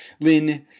lynn